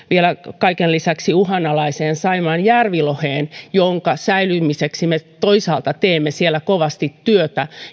vielä kaiken lisäksi uhanalaiseen saimaan järviloheen jonka säilymiseksi me toisaalta teemme siellä kovasti työtä